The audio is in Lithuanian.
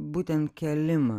būtent kėlimą